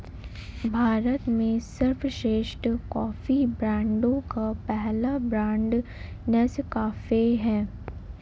भारत में सर्वश्रेष्ठ कॉफी ब्रांडों का पहला ब्रांड नेस्काफे है